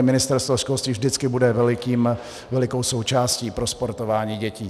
Ministerstvo školství vždycky bude velikou součástí pro sportování dětí.